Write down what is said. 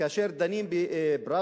כאשר דנים בפראוור,